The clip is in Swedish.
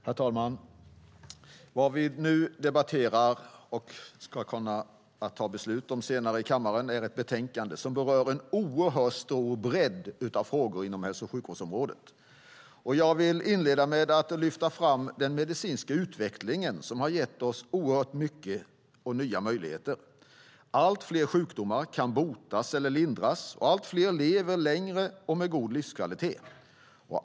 Herr talman! Det vi nu debatterar och senare ska fatta beslut om i kammaren är ett betänkande som berör en oerhört stor bredd av frågor inom hälso och sjukvårdssektorn. Jag vill inleda med att lyfta fram den medicinska utvecklingen som har gett oss många nya möjligheter. Allt fler sjukdomar kan botas eller lindras, och allt fler lever längre och med god livskvalitet.